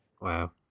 Wow